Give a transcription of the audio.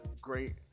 great